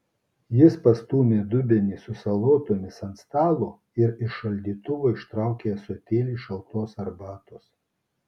jis pastūmė dubenį su salotoms ant stalo ir iš šaldytuvo ištraukė ąsotėlį šaltos arbatos